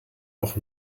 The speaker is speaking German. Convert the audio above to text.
auch